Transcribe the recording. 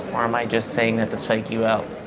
or am i just saying that the psych you out